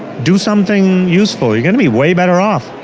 do something useful. you're going to be way better off.